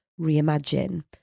reimagine